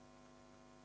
Hvala